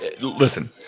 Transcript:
listen